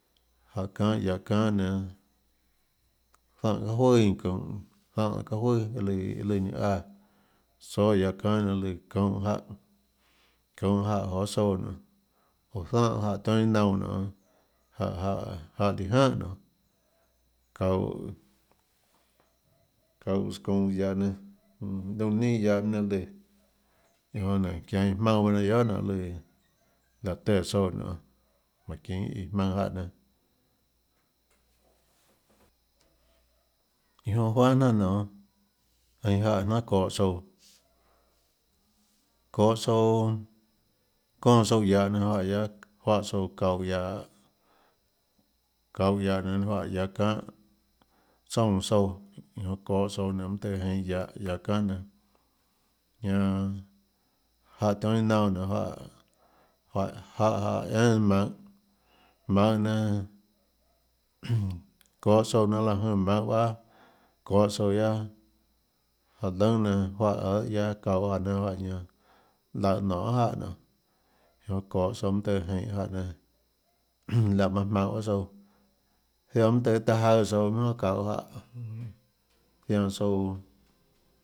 Jáhã çanhâ guiahå çanhå nenã záhã juøà eínã çunhå záhã çaâ juøà iâ lùã ninã áã tsáâ guiahå çanhâ eínã çounhå çounhå jáhã joê tsouã nonê oå záhã jáhã tionhâ iâ naunã nonê jáhã jáhã líã jánhà nonê çaunhå çaunhås çounhå guiahå nénâ liñã neinâ guiahå nénâ lùã iã jonã çianå iâ jmaønã nénâ guiohà nonê láhã téã tsouã nonê jmánhå ðinå iã jmaønã jáhã nénâ iã jonã juáhã jnanà nonê einã jáhã jnanhà çohå tsouã çohå tsouã çónã tsouã guiahå nénâ juáhã guiaâ juáhã tsouã çauhå guiahå çauhå guiahå nénâ ninâ juáhã guiahå çanhâ tsoúnã tsouã iã jonã çohå tsouã nénâ mønâ tøâ jeinhã guiahå guiahå çanhâ nénâ ñanã jáhã tionhâ iâ naunã nonê juáhã juáhã jáhã jáhã énâ maønhå maønhå nénâ çohå tsouã láhå jønè maønhå bahâ çohå tsouã guiaâ jáhã lønhâ nénâ juáhã guiaâ çauhå jáhã nénâ juáhã ñanã laùhå nonê guiohà jáhã nonê iå jonã çohå tsouã mønâ tøhê jienhå jáhã nénâ liáhã manã jmaønhå baâ tsouã jiaã mønâ tøâ taã jaùâ tsouã mønâ joà çauhå jáhã zianã tsouã.